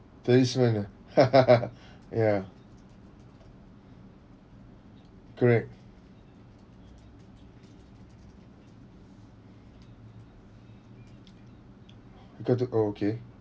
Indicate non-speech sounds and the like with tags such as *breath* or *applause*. policeman ah *laughs* *breath* ya correct got to okay